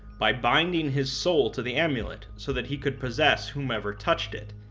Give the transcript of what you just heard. by binding his soul to the amulet so that he could possess whomever touched it.